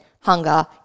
hunger